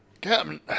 Captain